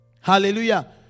hallelujah